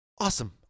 awesome